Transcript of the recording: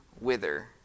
wither